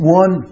one